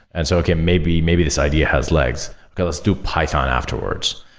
and so, okay. maybe maybe this idea has legs. okay. let's do python afterwards.